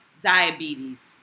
diabetes